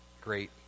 great